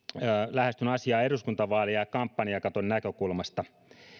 lähestyn asiaa eduskuntavaali ja kampanjakaton näkökulmasta